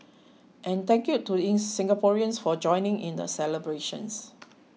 and thank you to in Singaporeans for joining in the celebrations